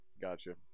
Gotcha